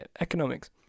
economics